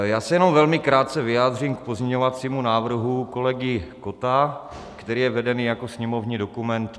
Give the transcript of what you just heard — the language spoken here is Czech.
Já se jenom velmi krátce vyjádřím k pozměňovacímu návrhu kolegy Kotta, který je vedený jako sněmovní dokument 5712.